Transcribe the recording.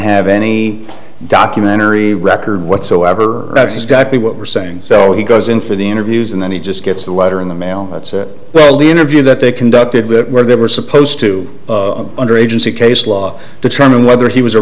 have any documentary record whatsoever that's exactly what we're saying so he goes in for the interviews and then he just gets a letter in the mail that said well the interview that they conducted with it where they were supposed to under agency case law determine whether he was a